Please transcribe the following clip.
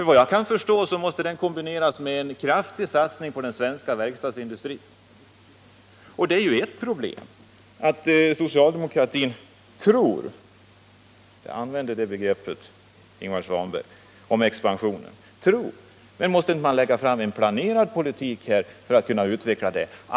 Vad jag kan förstå så måste den kombineras med en kraftig satsning på den svenska verkstadsindustrin. Det är ett problem att socialdemokratin tror — jag använder det ordet, Ingvar Svanberg — i fråga om expansionen. Måste man inte lägga fram en planerad politik för att kunna utveckla?